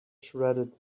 shredded